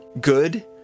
Good